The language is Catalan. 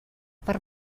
per